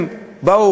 הם באו,